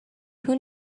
who